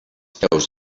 preus